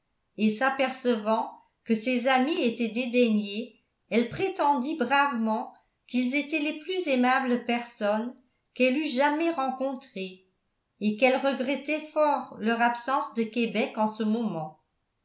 et s'apercevant que ses amis étaient dédaignés elle prétendit bravement qu'ils étaient les plus aimables personnes qu'elle eût jamais rencontrées et qu'elle regrettait fort leur absence de québec en ce moment